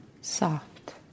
soft